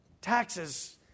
taxes